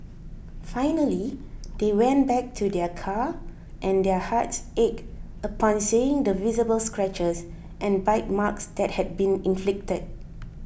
finally they went back to their car and their hearts ached upon seeing the visible scratches and bite marks that had been inflicted